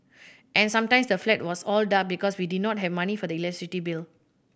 and sometimes the flat was all dark because we did not have money for the electricity bill